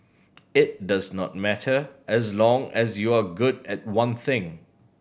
it does not matter as long as you're good at one thing